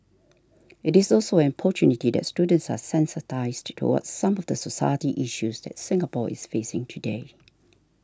it is also an opportunity that students are sensitised towards some of the society issues that Singapore is facing today